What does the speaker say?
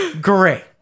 great